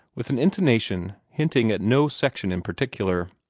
with an intonation hinting at no section in particular.